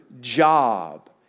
job